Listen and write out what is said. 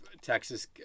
Texas